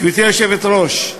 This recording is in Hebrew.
גברתי היושבת-ראש,